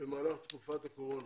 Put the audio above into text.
במהלך תקופת הקורונה.